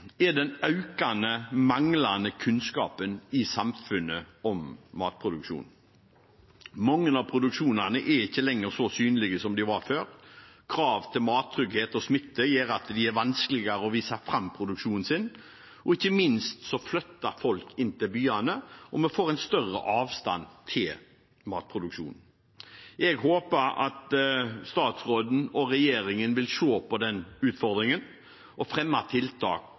er den økende manglende kunnskapen om matproduksjon i samfunnet. Mange av produksjonene er ikke lenger så synlige som de var før. Krav til mattrygghet og smitte gjør at det er vanskeligere å vise fram produksjonen. Ikke minst flytter folk inn til byene, og vi får en større avstand til matproduksjonen. Jeg håper at statsråden og regjeringen vil se på den utfordringen og fremme tiltak